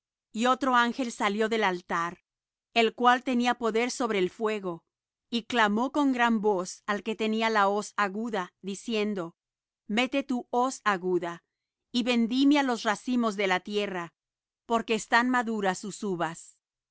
y otro ángel salió del altar el cual tenía poder sobre el fuego y clamó con gran voz al que tenía la hoz aguda diciendo mete tu hoz aguda y vendimia los racimos de la tierra porque están maduras sus uvas